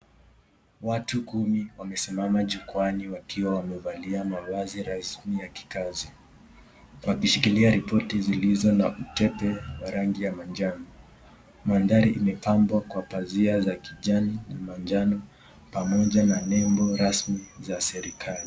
Watu kumi wamesimama jukwaani wakiwa wamevalia mavazi rasmi ya kikazi, wakishikilia ripoti zilizo na utepe wa rangi ya manjano. Maandhari imepambwa kwa pazia za kijani na manjano pamoja na nembo rasmi za kiserekali.